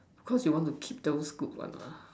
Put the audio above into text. of course you want to keep those good one mah